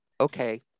okay